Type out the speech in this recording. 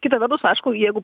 kita vertus aišku jeigu